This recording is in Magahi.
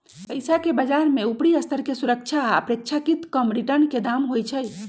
पइसाके बजार में उपरि स्तर के सुरक्षा आऽ अपेक्षाकृत कम रिटर्न के दाम होइ छइ